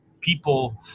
people